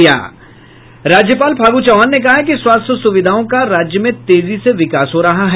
राज्यपाल फागू चौहान ने कहा है कि स्वास्थ्य सुविधाओं का राज्य में तेजी से विकास हो रहा है